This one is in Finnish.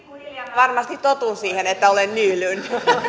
varmasti totun siihen että olen nylund